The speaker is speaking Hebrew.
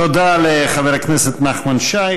תודה לחבר הכנסת נחמן שי.